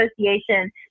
Association